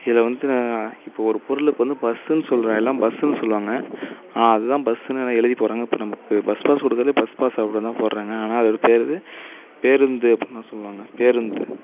இதை வந்து நான் இப்போது ஒரு பொருளுக்கு வந்து பஸ்சுனு சொல்கிற எல்லாம் பஸ்சுனு சொல்லுவாங்க ஆனால் அது தான் பஸ்னு எழுதி போடுகிறாங்க இப்போ நமக்கு பஸ் பாஸ் கொடுக்குறதுலே பஸ் பாஸ் அப்படினு தான் போடுகிறாங்க ஆனால் அதோடய பேர் வந்து பேருந்து அப்படினு சொல்லுவாங்க பேருந்து